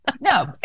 No